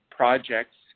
projects